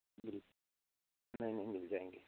जी नहीं नहीं मिल जाएँगे